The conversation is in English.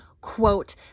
quote